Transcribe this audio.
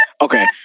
Okay